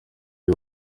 iyo